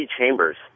chambers